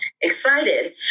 excited